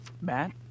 matt